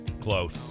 Close